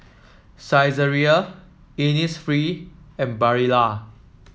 Saizeriya Innisfree and Barilla